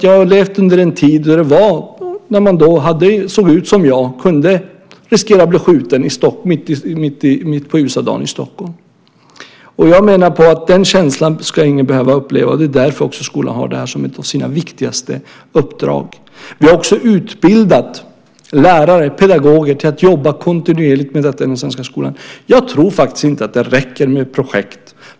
Jag har levt i en tid när någon som ser ut som jag kunde riskera att bli skjuten mitt på ljusa dagen i Stockholm. Den känslan ska ingen behöva uppleva. Det är därför skolan har detta som ett av sina viktigaste uppdrag. Vi har också utbildat lärare, pedagoger, till att jobba kontinuerligt med detta i den svenska skolan. Jag tror faktiskt inte att det räcker med projekt.